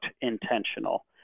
intentional